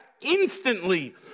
instantly